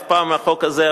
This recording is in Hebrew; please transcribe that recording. אף פעם החוק הזה,